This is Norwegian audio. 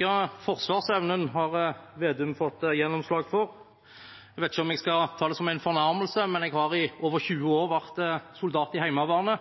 har Slagsvold Vedum fått gjennomslag for. Jeg vet ikke om jeg skal ta det som en fornærmelse, men jeg har i over 20 år vært soldat i Heimevernet,